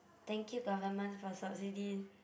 thank you government for subsidies